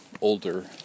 older